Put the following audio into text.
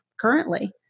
currently